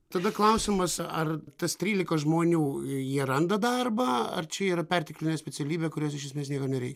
tada klausimas ar tas trylika žmonių jie randa darbą ar čia yra perteklinė specialybė kurios iš esmės niekam nereik